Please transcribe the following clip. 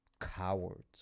Cowards